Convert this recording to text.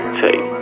take